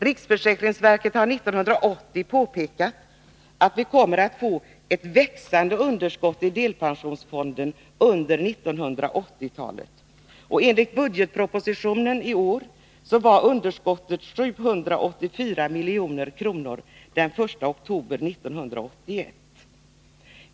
Riksförsäkringsverket påpekade 1980 att vi kommer att få ett växande underskott i delpensionsfonden under 1980-talet. Enligt årets budgetproposition var underskottet 784 milj.kr. den 1 oktober 1981.